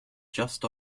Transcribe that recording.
just